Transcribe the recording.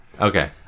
Okay